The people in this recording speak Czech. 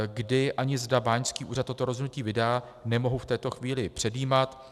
Kdy ani zda báňský úřad toto rozhodnutí vydá, nemohu v této chvíli předjímat.